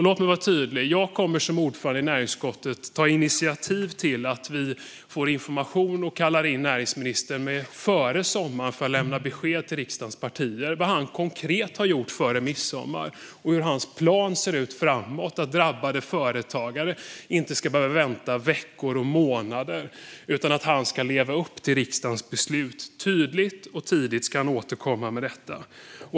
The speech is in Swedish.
Låt mig vara tydlig: Jag kommer som ordförande i näringsutskottet att ta initiativ till att före sommaren kalla in näringsministern för att lämna besked till riksdagens partier om vad han konkret har gjort före midsommar och hur hans plan ser ut framåt för att leva upp till riksdagens beslut så att drabbade företagare inte ska behöva vänta veckor och månader. Tydligt och tidigt ska han återkomma med detta.